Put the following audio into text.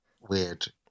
Weird